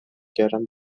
کردن